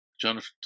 Jonathan